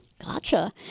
Gotcha